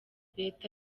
leta